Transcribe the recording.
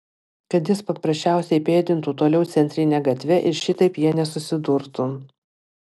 kad jis paprasčiausiai pėdintų toliau centrine gatve ir šitaip jie nesusidurtų